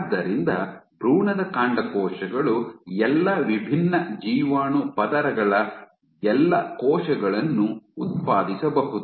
ಆದ್ದರಿಂದ ಭ್ರೂಣದ ಕಾಂಡಕೋಶಗಳು ಎಲ್ಲಾ ವಿಭಿನ್ನ ಜೀವಾಣು ಪದರಗಳ ಎಲ್ಲಾ ಕೋಶಗಳನ್ನು ಉತ್ಪಾದಿಸಬಹುದು